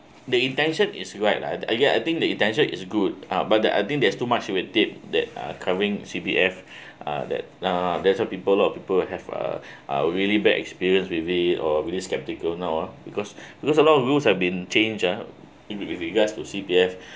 the intention is right lah I get I think the intention is good uh but the I think there's too much you will tape that uh covering C_P_F uh that uh that's what people lot of people have uh really bad experience may be or maybe skeptical now uh because because a lot of rules have been changed ha if it with regards to C_P_F